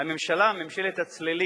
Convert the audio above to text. הממשלה, ממשלת הצללים